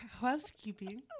housekeeping